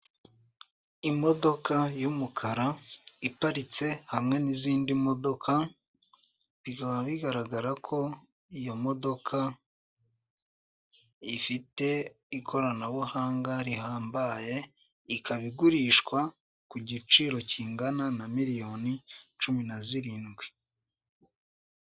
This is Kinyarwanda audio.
Imodoka y'umukara iparitse hamwe n'izindi modoka bikaba bigaragara ko iyo modoka ifite ikoranabuhanga rihambaye ikaba igurishwa ku giciro kingana na miriyoni cumi na zirindwi.